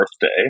birthday